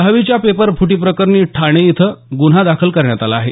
दहावीच्या पेपर फुटीप्रकरणी ठाणे इथं गुन्हा दाखल करण्यात आला आहे